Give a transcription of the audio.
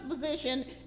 position